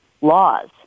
laws